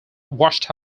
washed